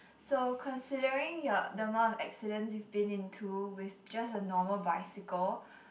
so considering your the amount of accidents you've been into with just a normal bicycle